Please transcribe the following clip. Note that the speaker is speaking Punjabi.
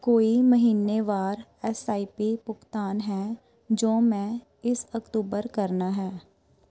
ਕੋਈ ਮਹੀਨੇਵਾਰ ਐੱਸ ਆਈ ਪੀ ਭੁਗਤਾਨ ਹੈ ਜੋ ਮੈਂ ਇਸ ਅਕਤੂਬਰ ਕਰਨਾ ਹੈ